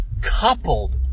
coupled